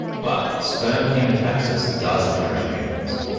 but sperm chemotaxis does occur in humans.